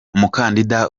umukandida